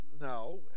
no